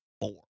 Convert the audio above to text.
four